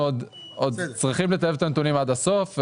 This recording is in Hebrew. אנחנו עוד צריכים לטייב את הנתונים עד הסוף.